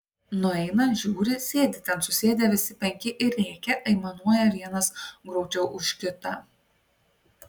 nueina žiūri sėdi ten susėdę visi penki ir rėkia aimanuoja vienas graudžiau už kitą